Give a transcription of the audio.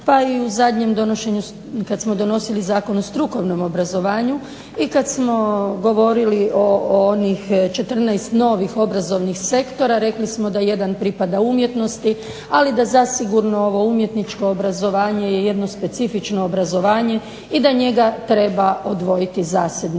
pa i u zadnjem donošenju kada smo donosili Zakon o strukovnom obrazovanju i kada smo govorili o onih 14 novih obrazovnih sektora, rekli smo da jedan pripada umjetnosti, ali da zasigurno ovo umjetničko obrazovanje je jedno specifično obrazovanje i da njega treba odvojiti zasebnim